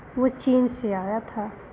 वह चीन से आया था